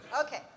Okay